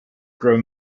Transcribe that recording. grow